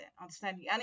understanding